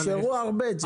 נשארו הרבה צביקה.